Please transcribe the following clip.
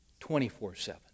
24-7